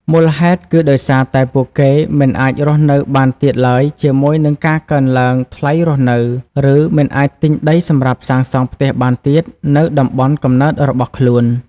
មូលហេតុគឺដោយសារតែពួកគេ មិនអាចរស់នៅបានទៀតឡើយជាមួយនឹងការកើនឡើងថ្លៃរស់នៅ ឬ មិនអាចទិញដីសម្រាប់សាងសង់ផ្ទះបានទៀត នៅតំបន់កំណើតរបស់ខ្លួន។